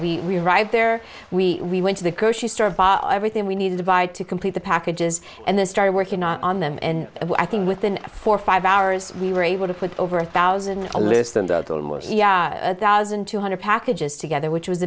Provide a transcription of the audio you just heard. day we arrived there we went to the grocery store bought everything we need to divide to complete the packages and then started working on them and i think within four or five hours we were able to put over a thousand a list and thousand two hundred packages together which was